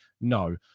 No